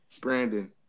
Brandon